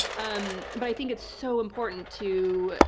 um but i think it's so important to